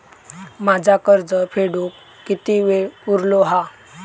माझा कर्ज फेडुक किती वेळ उरलो हा?